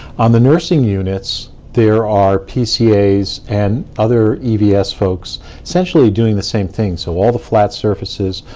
on the nursing units, there are pcas and other evs folks essentially doing the same thing. so all the flat surfaces,